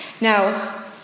Now